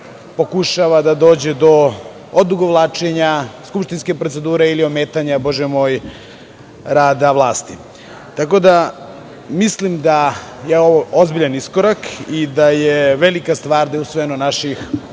pokušava da dođe do odugovlačenja skupštinske procedure ili ometanja, Bože moj, rada vlasti. Tako da, mislim da je ovo ozbiljan iskorak i da je velika stvar da je usvojeno naših